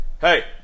Hey